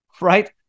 right